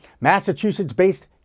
Massachusetts-based